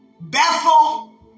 Bethel